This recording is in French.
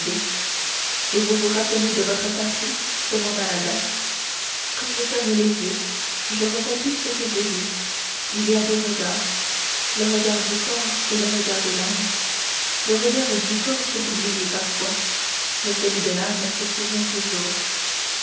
et vous vous rappelez votre patrie demanda albert quand je ferme les yeux je revois tout ce que j'ai vu il y a deux regards le regard du corps et le regard de l'âme le regard du corps peut oublier parfois mais celui de l'âme se souvient toujours